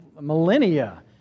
millennia